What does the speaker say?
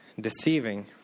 deceiving